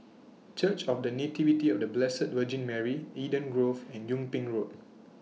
Church of The Nativity of The Blessed Virgin Mary Eden Grove and Yung Ping Road